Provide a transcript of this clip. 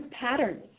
patterns